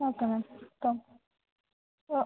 okay ma'am thank O